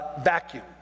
vacuum